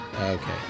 Okay